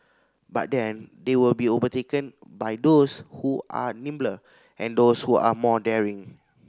but then they will be overtaken by those who are nimbler and those who are more daring